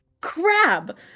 crab